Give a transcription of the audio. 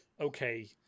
okay